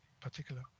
particular